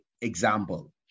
example